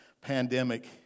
pandemic